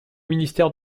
ministère